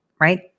right